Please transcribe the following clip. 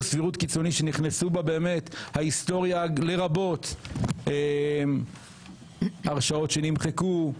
סבירות קיצוני שנכנסו בה באמת ההיסטוריה לרבות הרשעות שנמחקו,